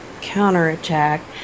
Counterattack